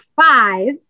five